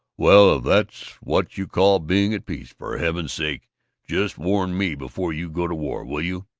well, if that's what you call being at peace, for heaven's sake just warn me before you go to war, will you?